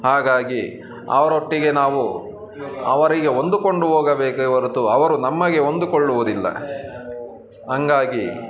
ಹಾಗಾಗಿ ಅವರೊಟ್ಟಿಗೆ ನಾವು ಅವರಿಗೆ ಹೊಂದುಕೊಂಡು ಹೋಗಬೇಕೇ ಹೊರತು ಅವರು ನಮಗೆ ಹೊಂದಿಕೊಳ್ಳುವುದಿಲ್ಲ ಹಂಗಾಗಿ